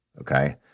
Okay